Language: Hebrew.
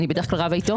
בדרך כלל אני רבה איתו.